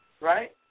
right